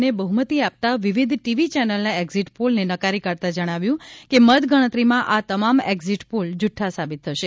ને બહુમતી આપતાં વિવિધ ટીવી ચેનલના એક્ઝિટ પોલને નકારી કાઢતાં જજ્ઞાવ્યું છે કે મતગજાતરીમાં આ તમામ એક્ઝિટ પોલ જુક્રા સાબિત થશે